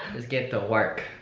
let's get to work.